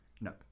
No